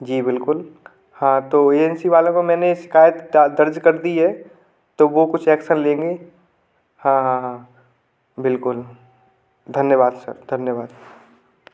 जी बिलकुल हाँ तो एजेंसी वालों को मैने शिकायत दर्ज कर दी है तो वो कुछ एक्शन लेंगे हाँ हाँ हाँ बिलकुल धन्यवाद सर धन्यवाद